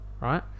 right